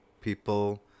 people